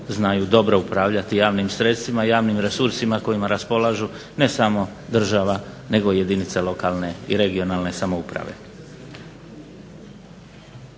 znaju dobro upravljati javnim sredstvima i javnim resursima kojima raspolažu ne samo država nego i jedinice lokalne i regionalne samouprave.